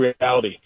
reality